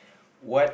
what